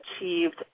achieved